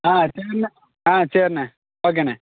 ஆ சரிண்ணே சரிண்ணே ஓகேண்ணே